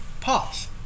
Pause